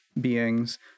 beings